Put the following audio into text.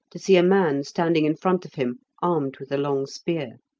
to see a man standing in front of him armed with a long spear.